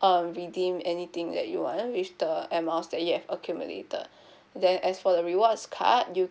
um redeem anything that you want with the air miles that you have accumulated then as for the rewards card you